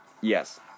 Yes